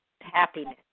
happiness